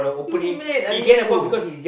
you mad ah you